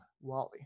Wally